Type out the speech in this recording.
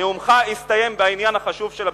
סדרנים, בבקשה.